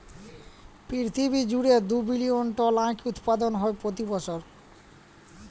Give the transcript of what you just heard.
পিরথিবী জুইড়ে দু বিলিয়ল টল আঁখ উৎপাদল হ্যয় প্রতি বসর